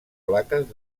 plaques